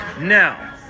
Now